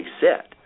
set